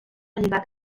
lligat